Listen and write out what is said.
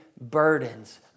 burdens